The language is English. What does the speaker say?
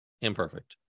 imperfect